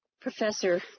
Professor